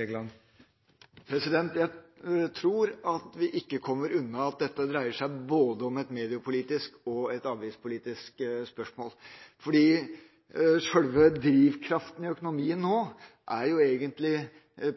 Jeg tror at vi ikke kommer unna at dette dreier seg både om et mediepolitisk spørsmål og om et avgiftspolitisk spørsmål. Sjølve drivkraften i økonomien nå er egentlig